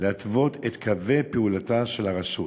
'להתוות את קווי פעולתה של הרשות',